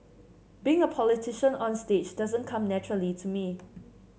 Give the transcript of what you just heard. being a politician onstage doesn't come naturally to me